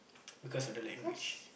because of the language